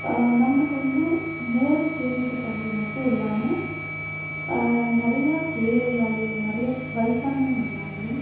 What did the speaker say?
நம்மளுக்கு வந்து நேரம் சேமிக்கப்படுகிறது மட்டும் இல்லாமல் நிறையா ஏழைகளாலையோ இல்லை நிறைய வயதானவங்கனாலையும்